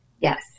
Yes